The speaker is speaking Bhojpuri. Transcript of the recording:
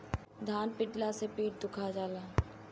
धान पिटाला से पीठ दुखा जाला